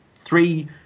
three